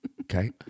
Okay